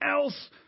else